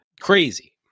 Crazy